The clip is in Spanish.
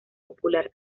popular